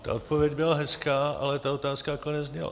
Ta odpověď byla hezká, ale ta otázka takhle nezněla.